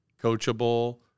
coachable